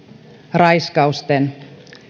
raiskausten